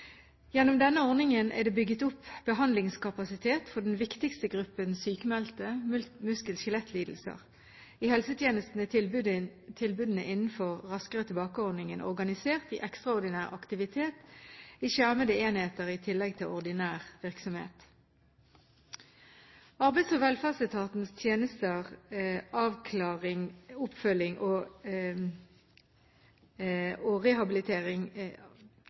Gjennom denne ordningen er det bygget opp behandlingskapasitet for den viktigste gruppen sykmeldte – muskel-skjelettlidelser. I helsetjenesten er tilbudene innenfor Raskere tilbake-ordningen organisert i ekstraordinær aktivitet i skjermede enheter i tillegg til ordinær virksomhet. Arbeids- og velferdsetatens tjenester – avklaring, oppfølging og arbeidsrettet rehabilitering